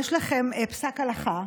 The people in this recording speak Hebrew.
יש לכם פסק הלכה,